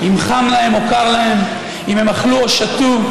אם חם להם או קר להם, אם הם אכלו או שתו,